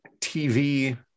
tv